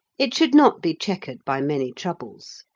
it should not be chequered by many troubles.